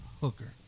hooker